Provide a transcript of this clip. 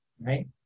right